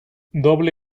doble